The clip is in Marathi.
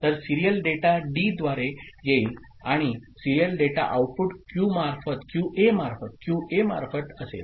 तर सीरियल डेटा डीद्वारे येईल आणि सिरियल डेटा आऊटपुट क्यूएमार्फत असेल